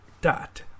dot